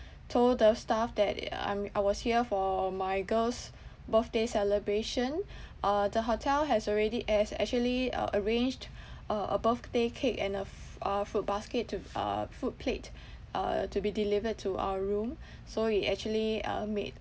told the staff that uh I'm I was here for my girl's birthday celebration uh the hotel has already eh has actually uh arranged uh a birthday cake and a f~ a fruit basket to f~ uh fruit plate uh to be delivered to our room so it actually uh made